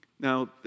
Now